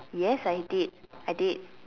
yes I did I did